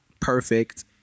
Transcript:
perfect